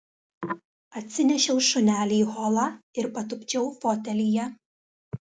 atsinešiau šunelį į holą ir patupdžiau fotelyje